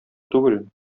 түгел